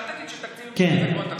אל תגיד שתקציב המשכי זה כמו תקציב.